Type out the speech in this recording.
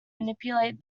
manipulate